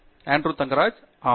பேராசிரியர் ஆண்ட்ரூ தங்கராஜ் ஆம்